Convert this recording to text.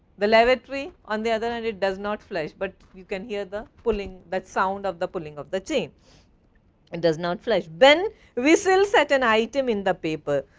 the lavatory, on the other hand, it does not flush, but you can hear the pulling that sound of the pulling of the chain and does not flush. ben whistles at an item in the paper.